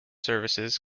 services